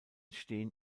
stehen